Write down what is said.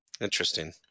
Interesting